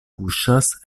kuŝas